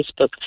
Facebook